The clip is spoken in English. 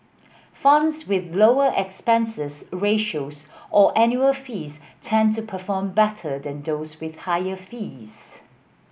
funds with lower expenses ratios or annual fees tend to perform better than those with higher fees